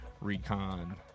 recon